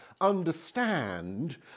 understand